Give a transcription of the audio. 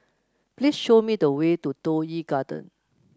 please show me the way to Toh Yi Garden